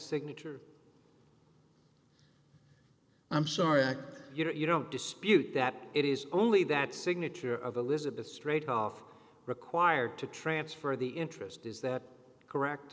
signature i'm sorry you know you don't dispute that it is only that signature of elizabeth straight off required to transfer the interest is that correct